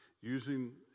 using